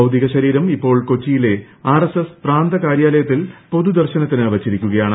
ഭൌതികശരീരം ഇപ്പോൾ കൊച്ചിയിലെ ആർഎസ്എസ് പ്രാന്തകാര്യാലയത്തിൽ പൊതുദർശനത്തിന് വച്ചിരിക്കുകയാണ്